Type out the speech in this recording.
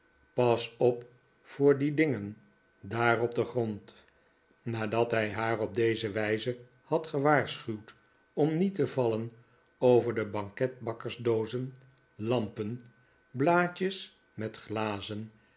pas op voor die dingen daar op den grond nadat hij haar op deze wijze had gewaarschuwd om niet te vallen over de banketbakkersdoozen lampen blaadjes met glazen